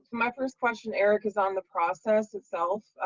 my first question, eric, is on the process itself.